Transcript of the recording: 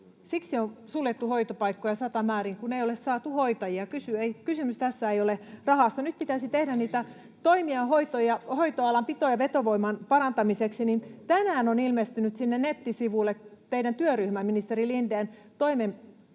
Siksi on suljettu hoitopaikkoja satamäärin, kun ei ole saatu hoitajia. Kysymys tässä ei ole rahasta. Nyt kun pitäisi tehdä niitä toimia hoitoalan pito- ja vetovoiman parantamiseksi, niin tänään on ilmestynyt sinne nettisivuille teidän työryhmänne, ministeri Lindén, toimenpidesuunnitelma,